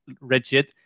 rigid